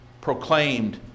proclaimed